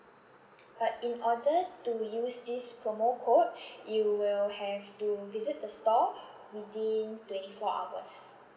but in order to use this promo code you will have to visit the store within twenty four hours